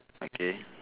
okay